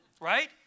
Right